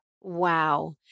Wow